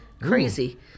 crazy